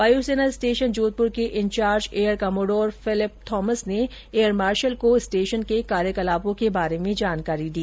वायुसेना स्टेशन जोधपुर के incharge air commodore Philip Thomas ने एयर मार्शल को स्टेशन के कार्यकलापों के बारे में जानकारी दी